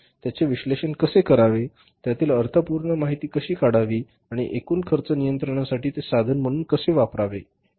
त्याचे विश्लेषण कसे करावे त्यातील अर्थपूर्ण माहिती काढावी आणि एकूण खर्च नियंत्रणासाठी ते साधन म्हणून कसे वापरावे